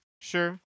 sure